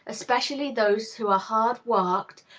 especially those who are hard-worked,